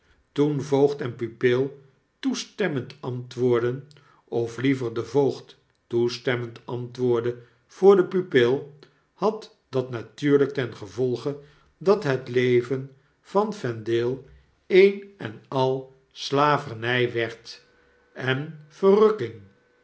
toen voogd en pupil toestemmend antwoordden of liever de voogd toestemmend antwoordde voor de pupil had dat natuurlijk ten gevolge dat het leven van vendale een en al slavernij werd en verrukking